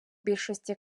більшості